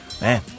Man